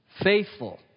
Faithful